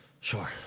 Sure